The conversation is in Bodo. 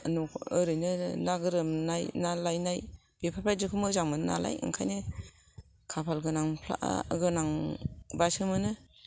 ओरैनो ना गोरामनाय ना लायनाय बेफोरबादिखौ मोजां मोनो नालाय ओंखायनो खाफाल गोनांफोरा गोनां बासो मोनो